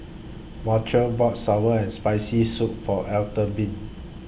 Montrell bought Sour and Spicy Soup For Albertine